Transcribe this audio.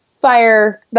Fire